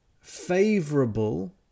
favorable